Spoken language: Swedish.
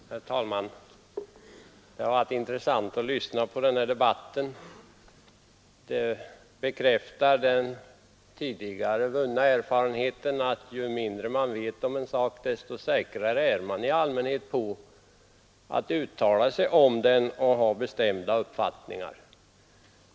Herr talman! Det har varit intressant att lyssna till denna debatt. Den bekräftar den tidigare vunna erfarenheten att ju mindre man vet om en sak, desto säkrare är man i allmänhet på att uttala sig om den och ha bestämda uppfattningar.